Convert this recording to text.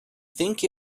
think